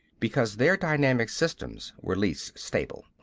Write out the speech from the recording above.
because their dynamic systems were least stable.